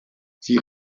sie